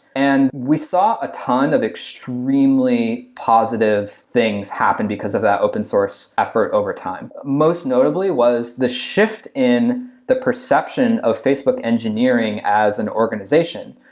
and we saw a ton of extremely positive things happen because of the open source effort overtime. most notably was the shift in the perception of facebook engineering as an organization,